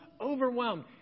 overwhelmed